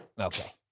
Okay